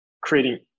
creating